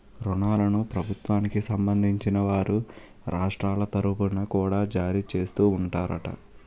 ఋణాలను ప్రభుత్వానికి సంబంధించిన వారు రాష్ట్రాల తరుపున కూడా జారీ చేస్తూ ఉంటారట